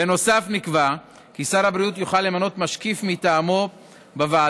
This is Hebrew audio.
בנוסף נקבע כי שר הבריאות יוכל למנות משקיף מטעמו בוועדה.